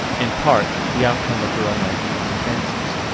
in part the outcome of her own ideas and fancies.